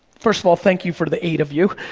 first of all, thank you for the eight of you.